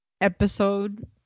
episode